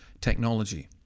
technology